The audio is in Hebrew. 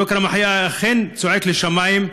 יוקר המחיה אכן צועק לשמים,